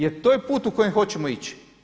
Jer to je put u kojem hoćemo ići.